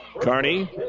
Carney